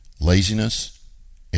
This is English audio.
Laziness